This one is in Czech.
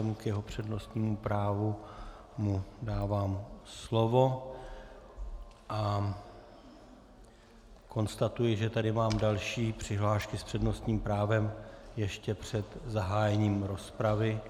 Vzhledem k jeho přednostnímu právu mu dávám slovo a konstatuji, že tady mám další přihlášky s přednostním právem ještě před zahájením rozpravy.